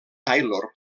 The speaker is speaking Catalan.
taylor